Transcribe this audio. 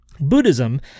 Buddhism